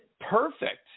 perfect